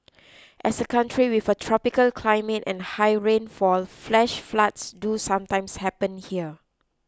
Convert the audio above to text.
as a country with a tropical climate and high rainfall flash floods do sometimes happen here